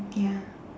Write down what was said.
ya